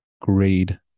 grade